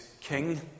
king